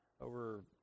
over